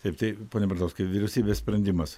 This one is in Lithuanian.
taip tai pone bardauskai vyriausybės sprendimas